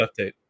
update